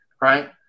right